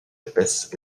épaisse